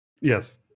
Yes